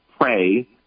pray